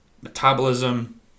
metabolism